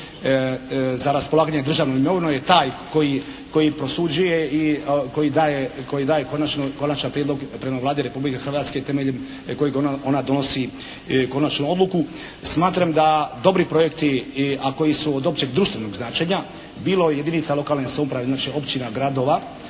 za raspolaganje državnom imovinom je taj koji prosuđuje i koji daje konačan prijedlog prema Vladi Republike Hrvatske temeljem kojeg ona donosi konačnu odluku. Smatram da dobri projekti, a koji su od općeg društvenog značenja, bilo jedinica lokalne samouprave, znači općina, gradova,